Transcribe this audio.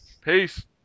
Peace